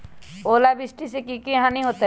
ओलावृष्टि से की की हानि होतै?